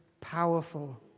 powerful